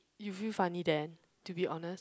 you feel funny then to be honest